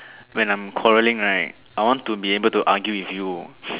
when I'm quarreling right I want to be able to argue with you